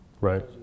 right